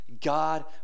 God